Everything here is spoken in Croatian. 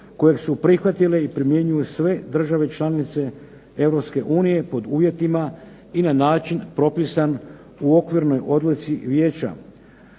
kojeg su prihvatile i primjenjuju sve države članice Europske unije pod uvjetima i na način propisan u okvirnoj odluci Vijeća.